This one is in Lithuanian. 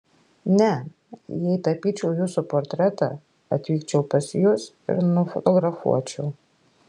ne jei tapyčiau jūsų portretą atvykčiau pas jus ir nufotografuočiau